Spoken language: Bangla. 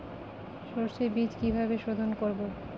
সর্ষে বিজ কিভাবে সোধোন করব?